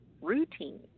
routine